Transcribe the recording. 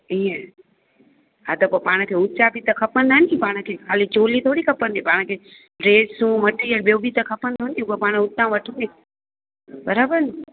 ईअं हा त पोइ पाण खे उच्चा बि त खपंदा आहिनि पाण खे ख़ाली चोली थोरी खपंदी पाण खे ड्रेसूं मटेरियल ॿियो बि त खपंदो न हू पाण उतां वठिबी बराबरि न